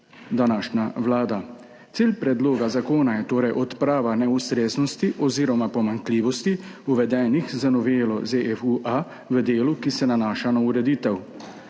današnja vlada. Cilj predloga zakona je torej odprava neustreznosti oziroma pomanjkljivosti, uvedenih z novelo ZFU-A v delu, ki se nanaša na ureditev